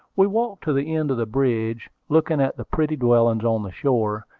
we walked to the end of the bridge, looking at the pretty dwellings on the shore,